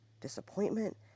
disappointment